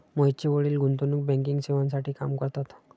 मोहितचे वडील गुंतवणूक बँकिंग सेवांसाठी काम करतात